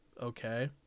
okay